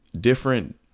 different